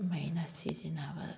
ꯑꯗꯨꯃꯥꯏꯅ ꯁꯤꯖꯤꯟꯅꯕ